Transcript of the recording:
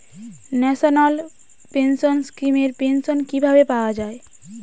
National pension scheme এর pension কিভাবে পাওয়া যায়?